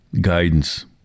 guidance